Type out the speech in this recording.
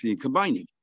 Combining